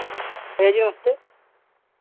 भैया जी नमस्ते